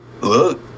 Look